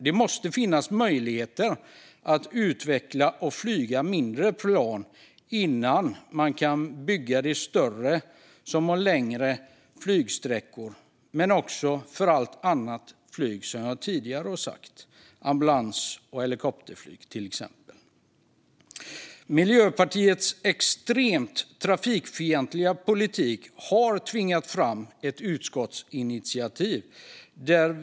Det måste finnas möjligheter att utveckla och flyga mindre plan innan man kan bygga de större planen, som har längre flygsträckor. Detta gäller också för allt annat flyg som jag tidigare har nämnt, till exempel ambulansflyg och helikopterflyg. Miljöpartiets extremt trafikfientliga politik har tvingat fram ett utskottsinitiativ.